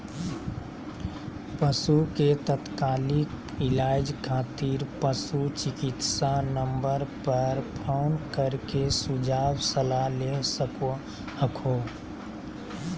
पशु के तात्कालिक इलाज खातिर पशु चिकित्सा नम्बर पर फोन कर के सुझाव सलाह ले सको हखो